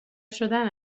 شدن